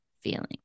feeling